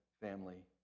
family